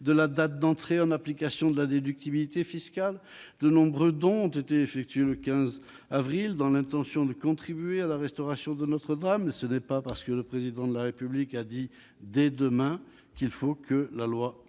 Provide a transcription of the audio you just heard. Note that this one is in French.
de la date d'entrée en application de la déductibilité fiscale. De nombreux dons ont été effectués le 15 avril, dans l'intention de contribuer à la restauration de Notre-Dame. Ce n'est pas parce que le Président de la République a dit :« dès demain ...» qu'il faut, par la loi, instaurer